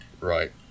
Right